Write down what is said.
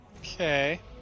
Okay